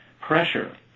pressure